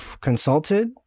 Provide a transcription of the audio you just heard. consulted